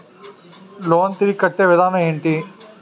Loan తిరిగి కట్టే విధానం ఎంటి?